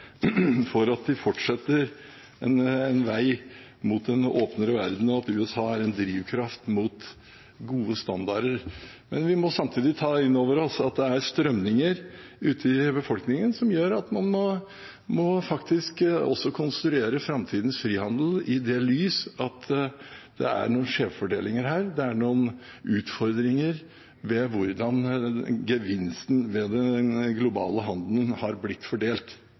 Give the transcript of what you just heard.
for at de fortsetter på en vei mot en åpnere verden, og at USA er en drivkraft mot gode standarder. Samtidig må vi ta inn over oss at det er strømninger ute i befolkningen som gjør at man må konstruere framtidens frihandel i det lys at det er noen skjevfordelinger, at det er noen utfordringer ved hvordan gevinsten av den globale handelen har blitt fordelt.